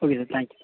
okay sir thank you